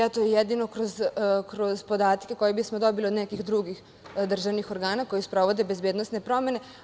Eto, jedino kroz podatke koje bismo dobili od nekih drugih državnih organa koji sprovode bezbednosne promene.